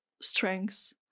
strengths